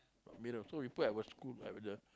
mirror so we put at our school like the